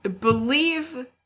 believe